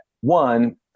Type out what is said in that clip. one